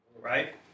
right